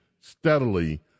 steadily